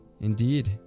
indeed